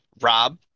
Rob